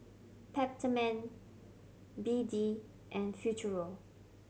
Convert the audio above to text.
Peptamen B D and Futuro